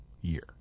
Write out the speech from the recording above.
year